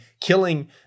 killing